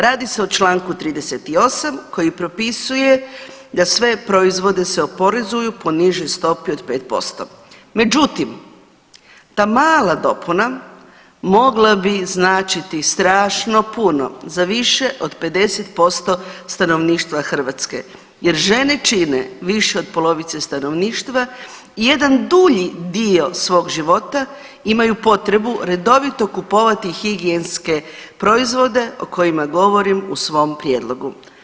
Radi se o čl. 28 koji propisuje da sve proizvode se oporezuju po nižoj stopi od 5% Međutim, ta mala dopuna mogla bi značiti strašno puno za više od 50% stanovništva Hrvatske jer žene čine više od polovice stanovništva i jedan dulji dio svog života imaju potrebu redovito kupovati higijenske proizvode o kojima govorim u svom prijedlogu.